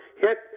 hit